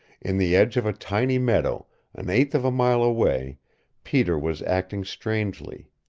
in the edge of a tiny meadow an eighth of a mile away peter was acting strangely.